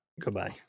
Goodbye